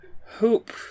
hope